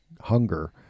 Hunger